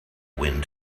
wind